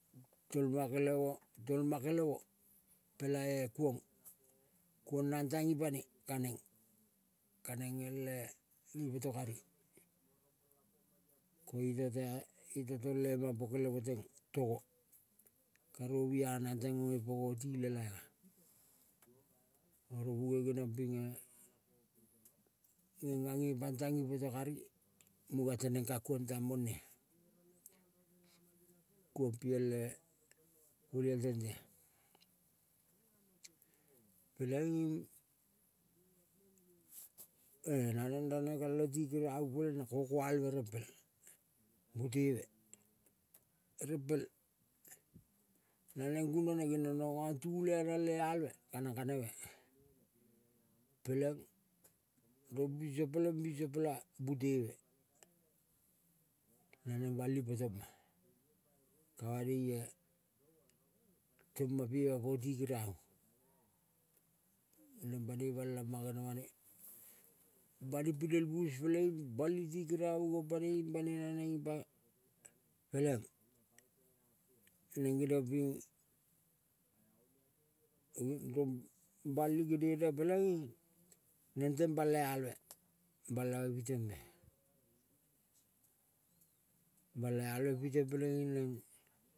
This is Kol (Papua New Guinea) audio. Tolma kelemo, tolma kelemo pela kuong. Kuong nang tang ipane kaneng, kaneng ele ngi poto kori ko iota tea iota tolemampo kelemo teng togo karovu anang teng ngepo ngoti lela. Karovu geniang pinge, ngenga nempang tang ngi poto kari munga temeng ka kuong tang monea. Kuong piele olial tente-a, peleing naneng ranekalong ti keriavu peleng na ko ko alve rempel. Buteve rempel naneng gunone geniong, geniong rong ngang tule anang le alve. Kanang kaneve peleng ron binso peleng binso pela, buteve naneng bali potoma. Ka banoie toma pea poti keriavu, neng banei balama genemane bani, pinel bus peleing bali ti kiravu gompane ing. Banei naneng ipa peleng neng geniong ping ve rong bali genene peleing neng teng bala. Alvea balave pitem be, bala alve piteng peleng-ing neng.